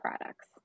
products